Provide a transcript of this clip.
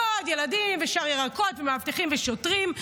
ועוד ילדים ושאר ירקות ומאבטחים ושוטרים.